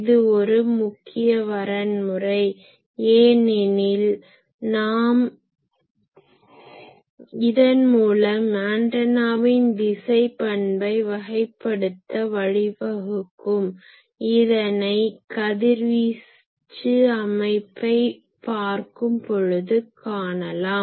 இது ஒரு முக்கிய வரன்முறை ஏனெனில் நாம் இதன்மூலம் ஆன்டனாவின் திசை பண்பை வகைப்படுத்த வழிவகுக்கும் இதனை கதிர்வீச்சு அமைப்பை பார்க்கும் பொழுது காணலாம்